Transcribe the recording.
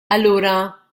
allura